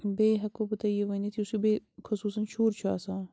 بیٚیہِ ہیٚکہو بہٕ تۄہہِ یہِ ؤنِتھ یُس یہِ بیٚیہِ خصوٗصًا شُر چھُ آسان